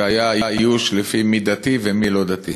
והיה איוש לפי מי דתי ומי לא דתי.